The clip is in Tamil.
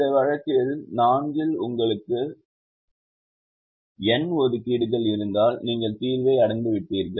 இந்த வழக்கில் 4 இல் உங்களுக்கு n ஒதுக்கீடுகள் இருந்தால் நீங்கள் தீர்வை அடைந்துவிட்டீர்கள்